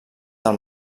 del